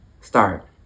start